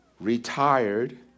retired